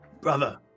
Brother